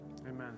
Amen